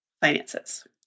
finances